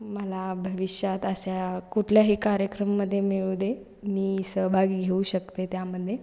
मला भविष्यात अशा कुठल्याही कार्यक्रममध्ये मिळू दे मी सहभागी घेऊ शकते त्यामध्ये